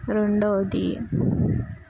రెండోది